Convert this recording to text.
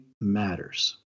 matters